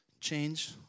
Change